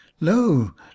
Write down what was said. Lo